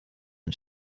ein